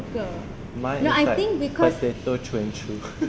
mine is like potato through and through